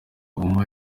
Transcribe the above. guma